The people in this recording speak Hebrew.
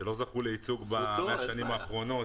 שלא זכו לייצוג הולם בשנים האחרונות